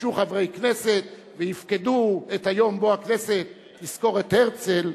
ישמשו חברי כנסת ויפקדו את הכנסת ביום שבו תזכור את הרצל,